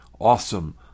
awesome